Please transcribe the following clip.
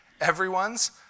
Everyone's